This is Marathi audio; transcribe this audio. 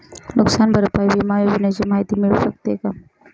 नुकसान भरपाई विमा योजनेची माहिती मिळू शकते का?